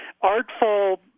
artful